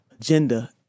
agenda